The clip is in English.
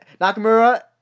Nakamura